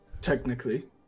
Technically